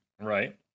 Right